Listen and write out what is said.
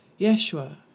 Yeshua